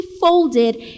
folded